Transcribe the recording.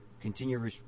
continue